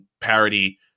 parody